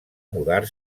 mudar